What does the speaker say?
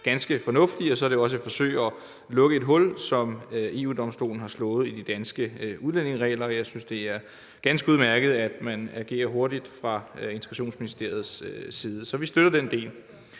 ganske fornuftig, og så er det jo også et forsøg på at lukke et hul, som EU-Domstolen har slået i de danske udlændingeregler. Jeg synes, det er ganske udmærket, at man agerer hurtigt fra Udlændinge-, Integrations- og Boligministeriets side. Så vi støtter den del.